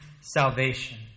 salvation